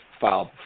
filed